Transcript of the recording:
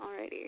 alrighty